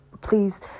please